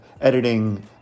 editing